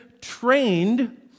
trained